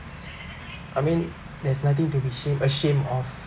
I mean there's nothing to be shame ashamed of